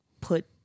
put